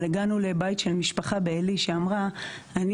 אבל הגענו לבית של משפחה בעלי שאמרה אני